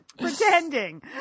pretending